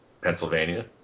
Pennsylvania